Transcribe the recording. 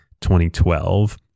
2012